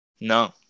No